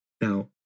Now